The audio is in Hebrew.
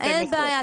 אין בעיה.